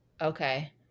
Okay